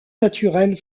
naturelle